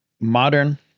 modern